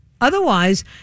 Otherwise